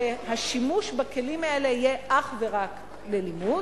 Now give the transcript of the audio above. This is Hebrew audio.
שהשימוש בכלים האלה יהיה אך ורק ללימוד,